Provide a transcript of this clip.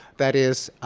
that is,